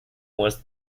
was